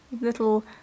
Little